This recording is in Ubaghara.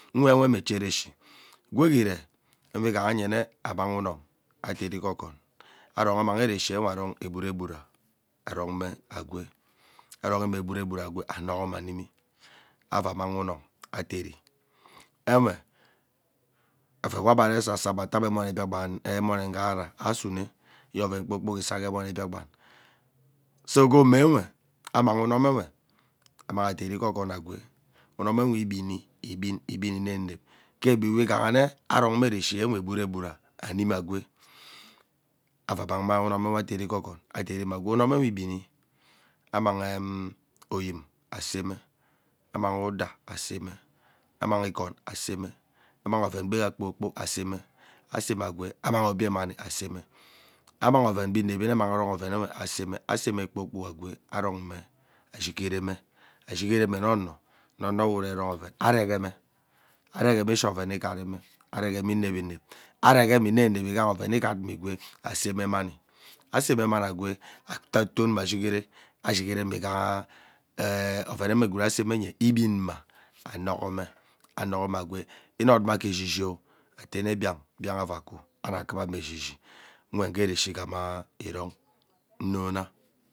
Nwe nwe eche ereshi gweg ha ire uwe ighayaane amang umom adari gee oghoon arohi amang ereshi iwe arong agbuva agbura agbura agwee amonghome animi avaa amang unum adari nwe oven wee abe ave esasa abe etaa ebe emone biakpann emone nghara asune nyene oven kpoo kpok isa ghee omewe amanghi unom nwe amang aderi ghee oghoon agwee unum nwe igbeni igbin igbin inep inep ke egbi we ighane aroma ereshinwe agbura agbura animi agwee ava agha amang umomwe adari oghoon adarime agwee unomwe igbeni amanghe aseme anang ighhigereme oon aseme amang oven gbegha kpoo kpok aseme, aseme agwee amang obie meni eseme amang oven gbee inevi une amang kpoo kpok agwee anong me ashigere me ashigeremenne ono we uvee iron oven ameregeme aregeme ishi oven igharime aregeme inevi inep ghana oven ighat mma igwee aseme mani asene mma igwee aseme mani aseme mani agwee akwa tonme eshigere ashigereme ighaa ee oveneme gwood aseme nye igbenma anoghome nye, igbenma anoghome agwee inodma ghee eshi shi oh ateme biang, biang ava kuwu ava kuvana eshi shi nwe nghee ereshi igham airong nnona